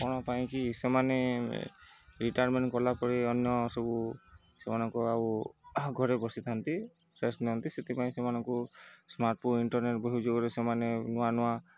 କ'ଣ ପାଇଁକି ସେମାନେ ରିଟାର୍ମେଣ୍ଟ କଲାପରେ ଅନ୍ୟ ସବୁ ସେମାନଙ୍କ ଆଉ ଘରେ ବସିଥାନ୍ତି ରେଷ୍ଟ ନିଅନ୍ତି ସେଥିପାଇଁ ସେମାନଙ୍କୁ ସ୍ମାର୍ଟଫୋନ ଇଣ୍ଟରନେଟ୍ ସେମାନେ ନୂଆ ନୂଆ